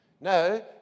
No